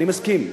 אני מסכים,